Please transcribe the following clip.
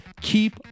Keep